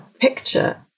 picture